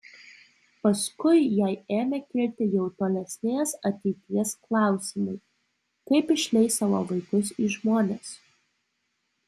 paskui jai ėmė kilti jau tolesnės ateities klausimai kaip išleis savo vaikus į žmones